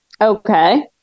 Okay